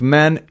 men